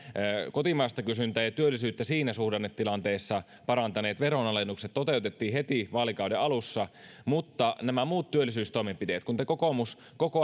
kotimaista kysyntää ja työllisyyttä siinä suhdannetilanteessa parantaneet veronalennukset toteutettiin heti vaalikauden alussa mutta nämä muut työllisyystoimenpiteet kun te kokoomus